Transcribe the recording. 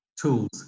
tools